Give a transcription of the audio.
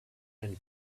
and